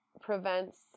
prevents